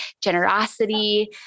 generosity